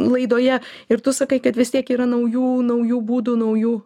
laidoje ir tu sakai kad vis tiek yra naujų naujų būdų naujų